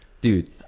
Dude